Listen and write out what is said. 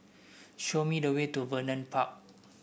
show me the way to Vernon Park